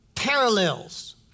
parallels